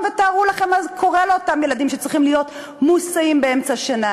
ותארו לכם מה קורה לאותם ילדים שצריכים להיות מוסעים באמצע השנה.